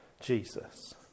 Jesus